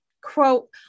Quote